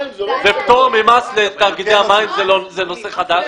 ופטור ממס לתאגידי המים זה נושא חדש?